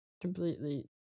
completely